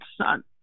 son